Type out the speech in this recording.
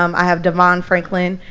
um i have devon franklin,